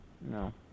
No